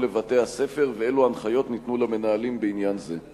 לבתי-הספר ואילו הנחיות ניתנו למנהלים בעניין זה?